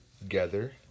together